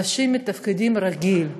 אנשים מתפקדים רגיל,